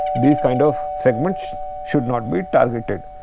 these kind of segments should not be targeted.